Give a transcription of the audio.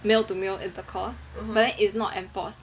male to male intercourse but then is not enforced